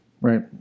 right